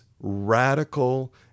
radical